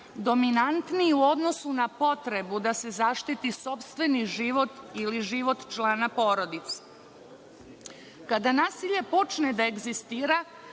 dominantniji u odnosu na potrebu da se zaštiti sopstveni život ili život člana porodice. Kada nasilje počne da egzistira